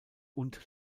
und